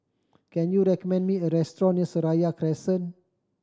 can you recommend me a restaurant near Seraya Crescent